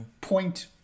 Point